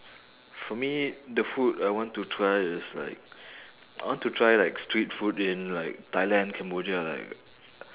for me the food I want to try is like I want to try like street food in like thailand cambodia like